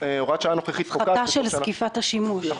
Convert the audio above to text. הפחתה של זקיפת השימוש?